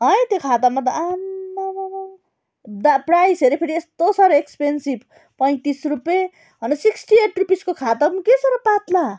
है त्यो खातामा त आम्मामाम प्राइस हेऱ्यो फेरि यस्तो साह्रो एक्सपेनसिब पैँतिस रिपियाँ हन सिक्स्टी एट रुपिसको खाता पनि के साह्रो पात्ला